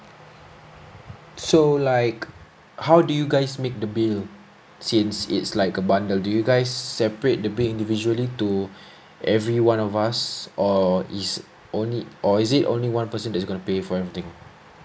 so like how do you guys make the bill since it's like a bundle do you guys separate the bill individually to everyone of us or is only or is it only one person that is going to pay for everything